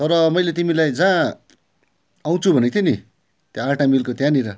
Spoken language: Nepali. तर मैले तिमीलाई जहाँ आउँछु भनेको थिएँ नि त्यहाँ आँटा मिलको त्यहाँनिर